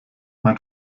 mein